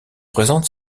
présente